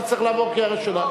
תצטרך לעבור קריאה ראשונה.